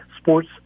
sports